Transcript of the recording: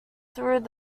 through